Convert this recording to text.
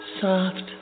soft